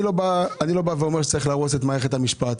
אני לא אומר שצריך להרוס את מערכת המשפט.